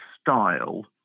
style